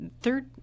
third